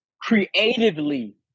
creatively